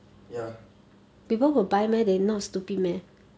ya